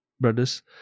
Brothers